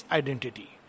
identity